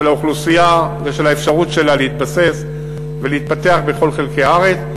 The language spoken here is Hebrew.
האוכלוסייה ושל האפשרות שלה להתבסס ולהתפתח בכל חלקי הארץ.